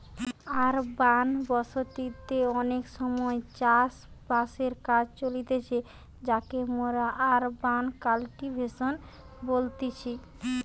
urban বসতি তে অনেক সময় চাষ বাসের কাজ চলতিছে যাকে মোরা আরবান কাল্টিভেশন বলতেছি